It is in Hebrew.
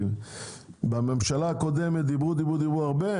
בממשלה הקודמת דיברו הרבה הרבה,